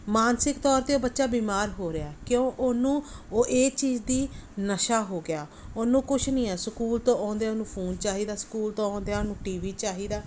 ਮਾਨਸਿਕ ਤੌਰ 'ਤੇ ਉਹ ਬੱਚਾ ਬਿਮਾਰ ਹੋ ਰਿਹਾ ਕਿਉਂ ਉਹਨੂੰ ਉਹ ਇਹ ਚੀਜ਼ ਦੀ ਨਸ਼ਾ ਹੋ ਗਿਆ ਉਹਨੂੰ ਕੁਛ ਨਹੀਂ ਆ ਸਕੂਲ ਤੋਂ ਆਉਂਦਿਆਂ ਨੂੰ ਫੂਨ ਚਾਹੀਦਾ ਸਕੂਲ ਤੋਂ ਆਉਂਦਿਆਂ ਨੂੰ ਟੀ ਵੀ ਚਾਹੀਦਾ